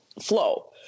flow